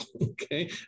okay